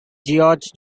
george